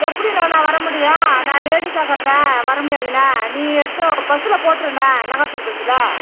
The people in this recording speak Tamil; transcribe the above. எப்படிண்ணா நான் வர முடியும் நான் லேடிஸாக இருக்கிறண்ணா வர முடியாதுண்ணா நீ எடுத்து பஸ்ஸில் போட்டுருண்ணா நங்காத்தூர் பஸ்ஸில்